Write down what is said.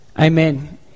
Amen